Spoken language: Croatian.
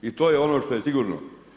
I to je ono što je sigurno.